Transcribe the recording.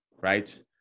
right